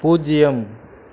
பூஜ்ஜியம்